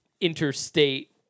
interstate